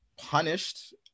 punished